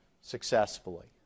successfully